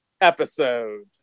episode